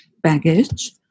baggage